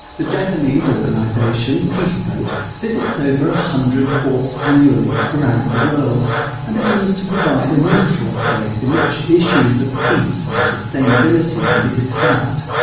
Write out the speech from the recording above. the japanese organisation peace boat visits over one hundred ports annually around the world and aims to provide a neutral space in which issues of peace and sustainability can be discussed.